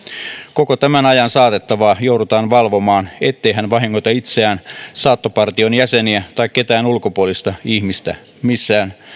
koko tämän ajan saatettavaa joudutaan valvomaan ettei hän vahingoita itseään saattopartion jäseniä tai ketään ulkopuolista ihmistä missään